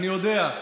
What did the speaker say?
אני יודע.